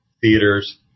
theaters